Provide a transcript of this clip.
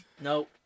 No